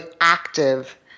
active